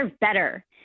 better